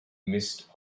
missed